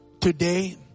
Today